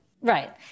Right